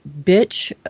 bitch